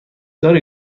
داری